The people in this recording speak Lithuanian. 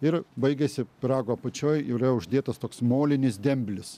ir baigiasi pyrago apačioj yra uždėtas toks molinis demblis